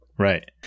Right